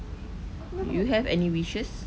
you have any wishes